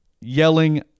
Yelling